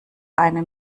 eine